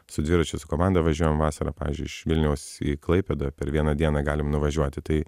su dviračiais su komanda važiuojam vasarą pavyzdžiui iš vilniaus į klaipėdą per vieną dieną galim nuvažiuoti tai